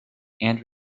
and